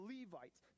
Levites